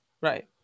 Right